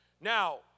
Now